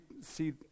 see